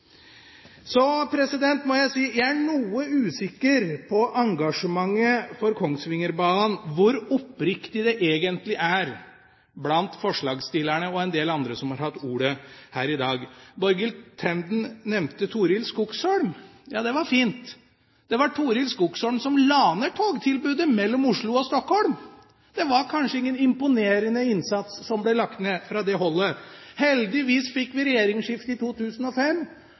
Så må jeg si at jeg er noe usikker på hvor oppriktig engasjementet for Kongsvingerbanen egentlig er blant forslagsstillerne og en del andre som har hatt ordet her i dag. Borghild Tenden nevnte Torild Skogsholm. Ja, det var fint. Det var Torild Skogsholm som la ned togtilbudet mellom Oslo og Stockholm. Det var kanskje ingen imponerende innsats som ble lagt ned fra det holdet. Heldigvis fikk vi regjeringsskifte i 2005.